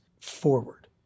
forward